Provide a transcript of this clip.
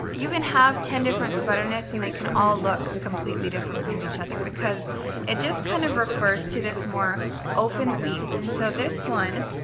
you can have ten different sweater knits and they can all look completely different from each other because it just kind of refers to this more open weave. so this one